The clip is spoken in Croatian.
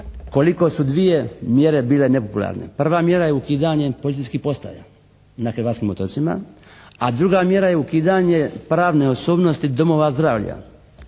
koliko su dvije mjere bile nepopularne. Prva mjera je ukidanje policijskih postaja na hrvatskim otocima. A druga mjera je ukidanje pravne osobnosti domova zdravlja.